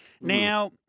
Now